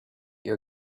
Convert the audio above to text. your